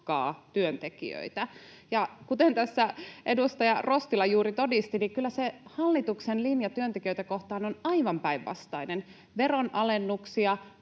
työntekijöitä”. Ja kuten tässä edustaja Rostila juuri todisti, niin kyllä se hallituksen linja työntekijöitä kohtaan on aivan päinvastainen: veronalennuksia,